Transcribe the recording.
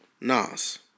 Nas